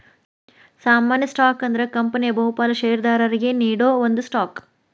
ಸಾಮಾನ್ಯ ಸ್ಟಾಕ್ ಅಂದ್ರ ಕಂಪನಿಯ ಬಹುಪಾಲ ಷೇರದಾರರಿಗಿ ನೇಡೋ ಒಂದ ಸ್ಟಾಕ್